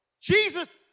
Jesus